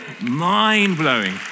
mind-blowing